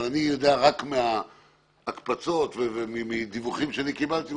אבל אני יודע רק מההקפצות ומדיווחים שאני קיבלתי.